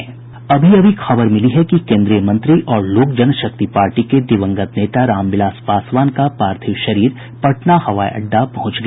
अभी अभी खबर मिली है कि केन्द्रीय मंत्री और लोक जनशक्ति पार्टी के दिवंगत नेता रामविलास पासवान का पार्थिव शरीर पटना हवाई अड्डा पहुंच गया